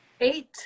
eight